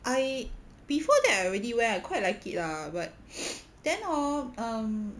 I before that I already where I quite like it lah but then hor um